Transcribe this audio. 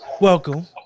Welcome